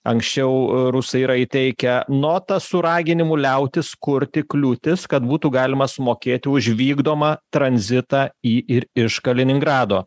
anksčiau rusai yra įteikę notą su raginimu liautis kurti kliūtis kad būtų galima sumokėti už vykdomą tranzitą į ir iš kaliningrado